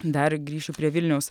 dar grįšiu prie vilniaus